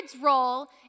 role